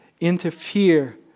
interfere